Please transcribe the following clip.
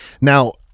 Now